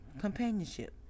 Companionship